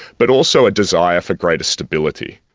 but also a desire for greater stability.